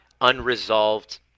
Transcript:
unresolved